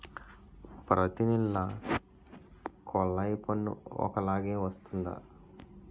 ప్రతి నెల కొల్లాయి పన్ను ఒకలాగే వస్తుందా?